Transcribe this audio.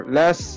less